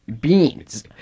Beans